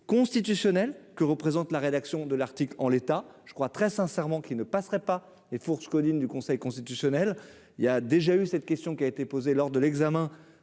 constitutionnel que représente la rédaction de l'article, en l'état je crois très sincèrement qu'il ne passerait pas et fourches caudines du Conseil constitutionnel, il y a déjà eu cette question qui a été posée lors de l'examen